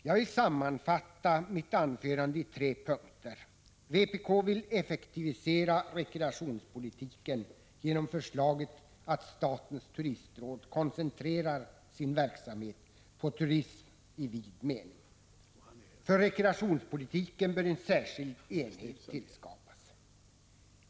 Jag vill sammanfatta mitt anförande i tre punkter: Vpk vill effektivisera rekreationspolitiken genom förslaget att statens turistråd koncentrerar sin verksamhet på turism i vid mening. För rekreationspolitiken bör en särskild enhet tillskapas.